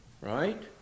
right